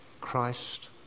Christ